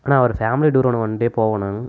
அண்ணா ஒரு family tour one day போகணும்